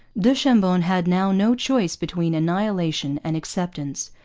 du chambon had now no choice between annihilation and acceptance,